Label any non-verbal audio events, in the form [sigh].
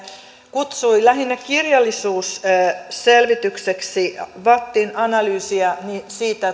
kutsui lähinnä kirjallisuusselvitykseksi vattin analyysiä siitä [unintelligible]